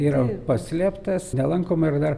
yra paslėptas nelankoma ir dar